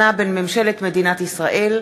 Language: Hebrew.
לפתוח את ישיבת הכנסת.